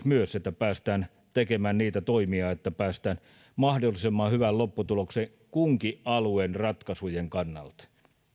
myös että päästään tekemään niitä toimia että päästään mahdollisimman hyvään lopputulokseen kunkin alueen ratkaisujen kannalta